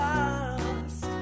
Lost